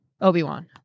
Obi-Wan